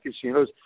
casinos